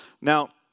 Now